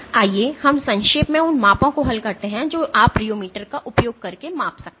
आइए हम संक्षेप में उन मापों को हल करते हैं जो आप रियोमीटर का उपयोग करके माप सकते हैं